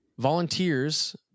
Volunteers